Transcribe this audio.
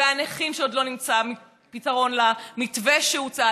והנכים, עוד לא נמצא פתרון למתווה שהוצע.